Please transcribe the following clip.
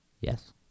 yes